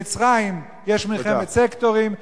במצרים יש מלחמת סקטורים.